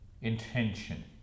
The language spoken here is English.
Intention